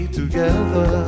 together